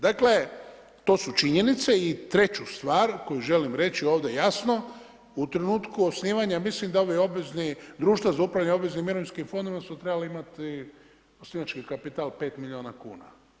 Dakle, to su činjenice i treću stvar koju želim reći ovdje jasno, u trenutku osnivanja mislim da ova društva za upravljanje obveznim mirovinskim fondovima su trebala imati osnivački kapital 5 milijuna kuna.